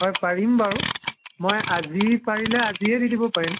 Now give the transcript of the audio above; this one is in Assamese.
হয় পাৰিম বাৰু মই আজি পাৰিলে আজিয়ে দি দিব পাৰিম